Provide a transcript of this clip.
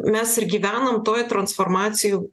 mes ir gyvenam toj transformacijų